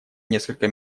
несколько